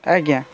ଆଜ୍ଞା